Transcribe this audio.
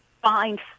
Find